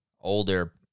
older